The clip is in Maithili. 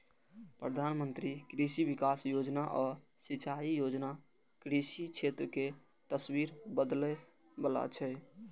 प्रधानमंत्री कृषि विकास योजना आ सिंचाई योजना कृषि क्षेत्र के तस्वीर बदलै बला छै